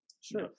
Sure